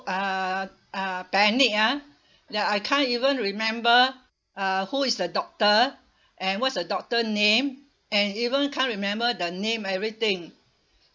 uh uh panic ah that I can't even remember uh who is the doctor and what's the doctor name and even can't remember the name everything